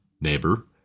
neighbor